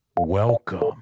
Welcome